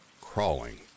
crawling